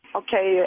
okay